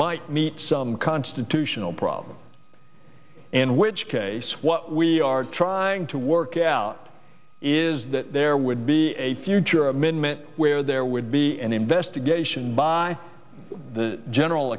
might meet some constitutional problem in which case what we are trying to work out is that there would be a future amendment where there would be an investigation by the general